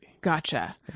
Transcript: Gotcha